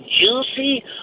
juicy